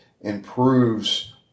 improves